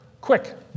Quick